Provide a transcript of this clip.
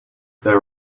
there